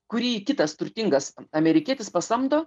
kurį kitas turtingas amerikietis pasamdo